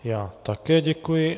Já také děkuji.